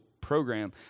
program